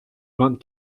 vingt